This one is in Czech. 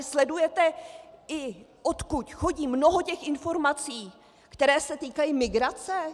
Sledujete i to, odkud chodí mnoho informací, které se týkají migrace?